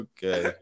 Okay